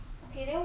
um